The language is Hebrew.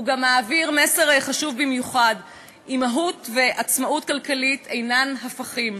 הוא גם מעביר מסר חשוב במיוחד: אימהות ועצמאות כלכלית אינן הפכים.